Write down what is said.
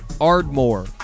Ardmore